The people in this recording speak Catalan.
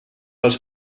els